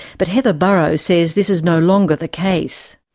but heather burrow says this is no longer the case.